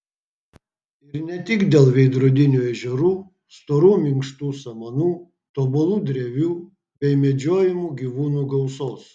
ir ne tik dėl veidrodinių ežerų storų minkštų samanų tobulų drevių bei medžiojamų gyvūnų gausos